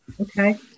Okay